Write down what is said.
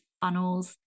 funnels